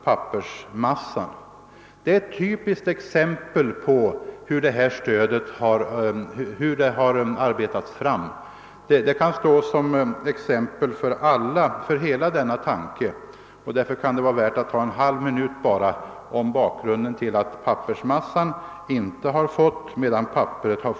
Ja, det var ett bra exempel på hur fraktstödet har arbetats fram, och det kan vara motiverat att använda en halv minut till att redogöra för varför pappersmassan inte har fått något transportstöd.